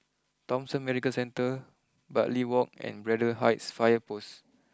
Thomson Medical Centre Bartley walk and Braddell Heights fire post